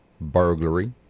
burglary